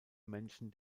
menschen